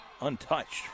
Untouched